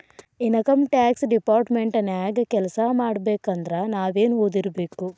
Income tax department ನ್ಯಾಗ್ ಕೆಲ್ಸಾಮಾಡ್ಬೇಕಂದ್ರ ನಾವೇನ್ ಒದಿರ್ಬೇಕು?